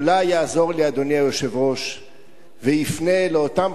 אולי יעזור לי אדוני היושב-ראש ויפנה לאותם